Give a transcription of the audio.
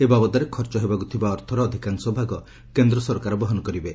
ଏ ବାବଦରେ ଖର୍ଚ୍ଚ ହେବାକୁ ଥିବା ଅର୍ଥର ଅଧିକାଂଶ ଭାଗ କେନ୍ଦ୍ର ସରକାର ବହନ କରିବେ